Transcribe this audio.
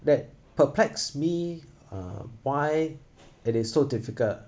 that perplexed me uh why it is so difficult